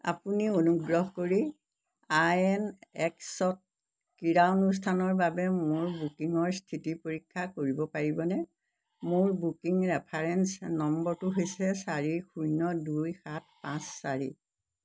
আপুনি অনুগ্ৰহ কৰি আই এন এক্স ত ক্ৰীড়া অনুষ্ঠানৰ বাবে মোৰ বুকিঙৰ স্থিতি পৰীক্ষা কৰিব পাৰিবনে মোৰ বুকিং ৰেফাৰেন্স নম্বৰটো হৈছে চাৰি শূন্য দুই সাত পাঁচ চাৰি